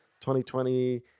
2020